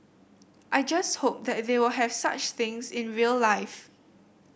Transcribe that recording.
I just hope that they will have such things in real life